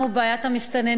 בעיית המסתננים,